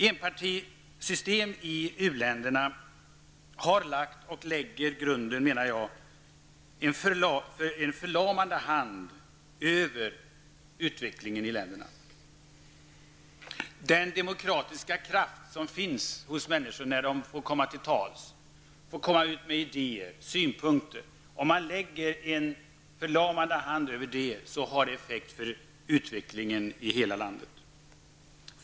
Enpartisystem i u-länderna har lagt och lägger, menar jag, en förlamande hand över utvecklingen i länderna. Det finns en demokratisk kraft hos människor när de får komma till tals, får komma med idéer och synpunkter. Lägger man en förlamande hand över detta, har det effekt på utvecklingen i hela landet.